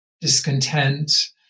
discontent